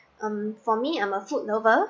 um for me I'm a food lover